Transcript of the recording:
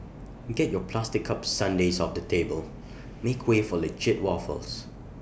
get your plastic cup sundaes off the table make way for legit waffles